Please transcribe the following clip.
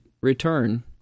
return